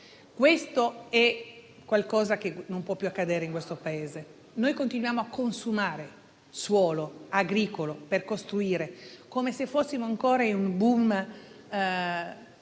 un fenomeno che non può più accadere in questo Paese. Noi continuiamo a consumare suolo agricolo per costruire come se fossimo in un *boom*